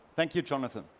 thank you, jonathan.